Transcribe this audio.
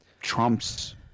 trumps